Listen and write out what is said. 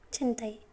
चिन्तये